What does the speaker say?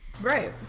Right